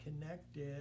connected